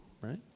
right